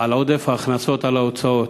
על עודף ההכנסות על ההוצאות,